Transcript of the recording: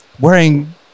wearing